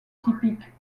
typique